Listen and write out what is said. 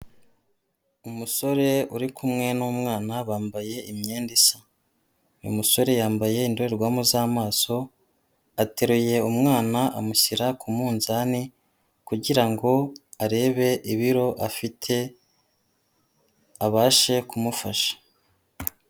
Amusore uri kumwe n'umwana bambaye imyenda isa, uyu umusore yambaye indorerwamo z'amaso ateruye umwana amushyira ku munzani kugira ngo arebe ibiro afite abashe kumufasha.